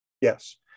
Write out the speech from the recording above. yes